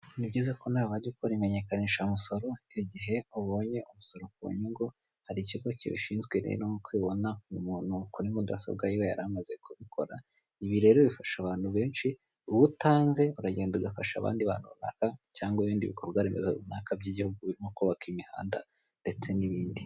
Ni byiza ko nawe wajya ukora imenyekanishamusoro igihe ubonye umusoro ku nyungu, hari ikigo kibishinzwe rero nk'uko ubibona uyu muntu kuri mudasobwa yiwe yari amaze kubikora, ibi rero bifasha abantu benshi uwo utanze uragenda ugafasha abandi bantu runaka cyangwa ibindi bikorwa remezo runaka by'igihugu birimo kubaka imihanda ndetse n'ibindi.